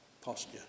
posture